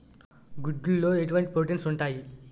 గుడ్లు లో ఎటువంటి ప్రోటీన్స్ ఉంటాయి?